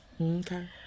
Okay